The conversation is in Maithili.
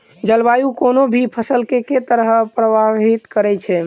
जलवायु कोनो भी फसल केँ के तरहे प्रभावित करै छै?